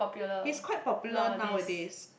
he is quite popular nowadays